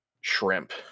shrimp